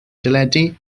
deledu